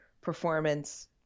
performance